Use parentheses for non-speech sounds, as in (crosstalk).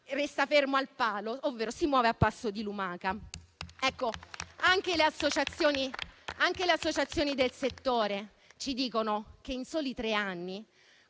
resta ferma al palo ovvero si muove a passo di lumaca. (applause) Anche le associazioni del settore ci dicono che in soli tre anni